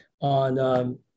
on